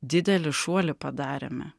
didelį šuolį padarėme